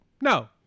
No